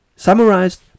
Summarized